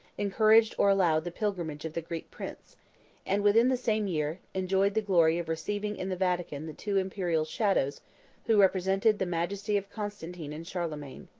encouraged or allowed the pilgrimage of the greek prince and, within the same year, enjoyed the glory of receiving in the vatican the two imperial shadows who represented the majesty of constantine and charlemagne.